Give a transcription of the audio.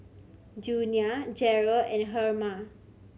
Junia Jarrell and Herma